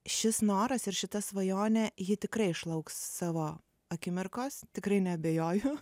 šis noras ir šita svajonė ji tikrai išlauks savo akimirkos tikrai neabejoju